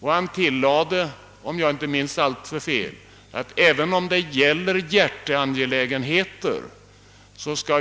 Han tillade, om jag inte minns fel, att vi skall ta hänsyn till budgeten även om det gäller hjärteangelägenheter.